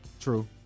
True